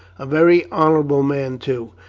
a very honourable man, too,